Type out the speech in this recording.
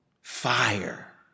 Fire